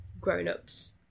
grown-ups